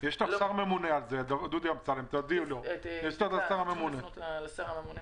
אני מבקשת לפנות לשר הממונה